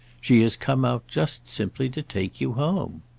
she has come out just simply to take you home.